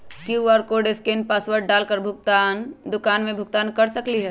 QR code scan password डाल कर दुकान में भुगतान कर सकलीहल?